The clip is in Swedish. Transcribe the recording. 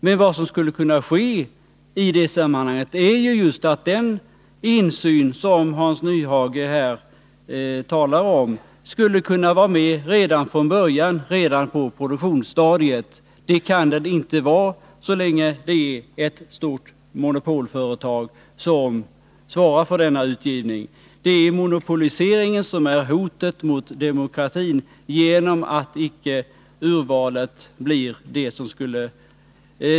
Men vad som skulle kunna ske om man hade en statlig produktion är ju att man kunde få den insyn, som Hans Nyhage talar om, redan från början, på produktionsstadiet. Någon sådan insyn får vi inte så länge ett stort monopolföretag svarar för utgivningen. Det är monopoliseringen som är hotet mot demokratin.